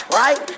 right